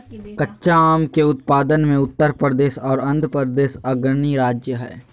कच्चा आम के उत्पादन मे उत्तर प्रदेश आर आंध्रप्रदेश अग्रणी राज्य हय